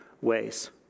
ways